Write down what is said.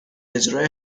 اجرای